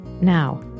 Now